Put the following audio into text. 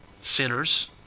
sinners